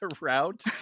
route